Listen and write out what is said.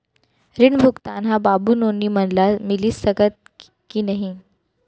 ऋण भुगतान ह बाबू नोनी मन ला मिलिस सकथे की नहीं?